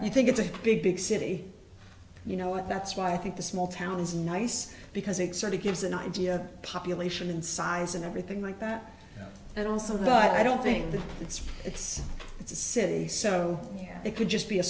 i think it's a big big city you know that's why i think the small town is nice because it sort of gives an idea of population size and everything like that and also but i don't think it's it's it's a city so yeah it could just be a